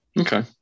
Okay